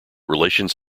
relations